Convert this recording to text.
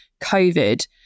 COVID